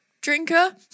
drinker